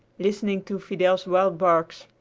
listening to fidel's wild barks,